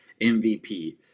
MVP